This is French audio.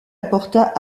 apporta